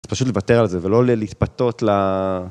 פשוט לוותר על זה, ולא ל-להתפתות ל...